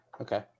Okay